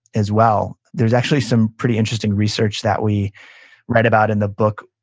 as well. there's actually some pretty interesting research that we read about in the book,